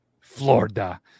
Florida